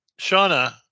Shauna